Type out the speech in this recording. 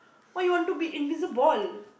why you want to be invisible